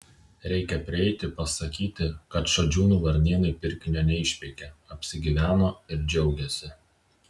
reikia prieiti pasakyti kad šadžiūnų varnėnai pirkinio neišpeikė apsigyveno ir džiaugiasi